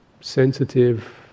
sensitive